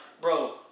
bro